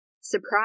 surprise